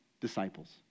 disciples